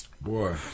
Boy